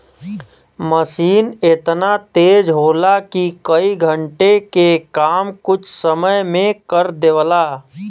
मसीन एतना तेज होला कि कई घण्टे के काम कुछ समय मे कर देवला